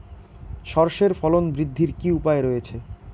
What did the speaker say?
সর্ষের ফলন বৃদ্ধির কি উপায় রয়েছে?